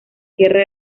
sierra